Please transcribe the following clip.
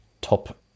top